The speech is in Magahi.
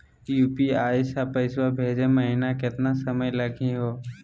यू.पी.आई स पैसवा भेजै महिना केतना समय लगही हो?